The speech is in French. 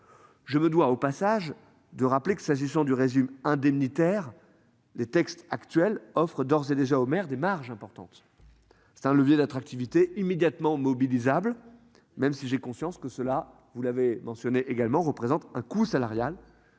Je me dois au passage de rappeler que s'agissant du résume indemnitaire les textes actuels offrent d'ores et déjà aux maires des marges importantes. C'est un levier d'attractivité immédiatement mobilisables. Même si j'ai conscience que cela vous l'avez mentionné également représente un coût salarial.